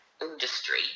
industry